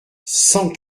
cent